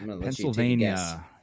Pennsylvania